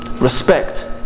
respect